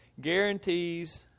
guarantees